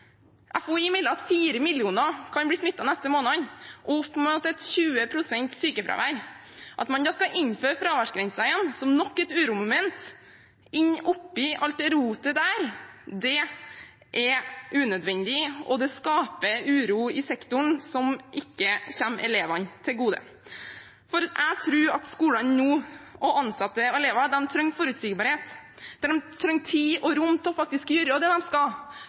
at fire millioner kan bli smittet de neste månedene, og at det kan bli oppimot 20 pst. sykefravær. At man da skal innføre fraværsgrensen igjen, som nok et uromoment oppi alt det rotet, er unødvendig, og det skaper uro i sektoren, noe som ikke kommer elevene til gode. For jeg tror at skolene nå, ansatte og elever, trenger forutsigbarhet, de trenger tid og rom til faktisk å gjøre det de skal,